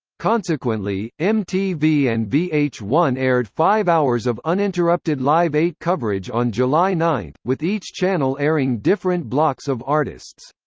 consequently, mtv and v h one aired five hours of uninterrupted live eight coverage on july nine, with each channel airing different blocks of artists.